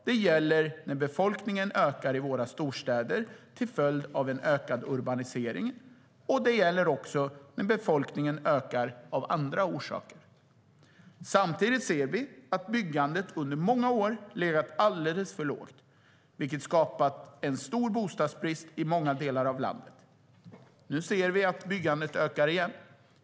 Det gäller när befolkningen ökar i våra storstäder till följd av en ökad urbanisering, och det gäller också när befolkningen ökar av andra orsaker. Samtidigt ser vi att byggandet under många år har legat alldeles för lågt, vilket har skapat en stor bostadsbrist i många delar av landet. Nu ser vi att byggandet ökar igen.